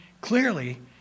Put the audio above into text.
clearly